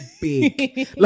big